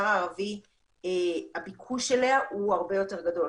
הערבי הביקוש אליה הוא הרבה יותר גדול.